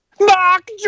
Mock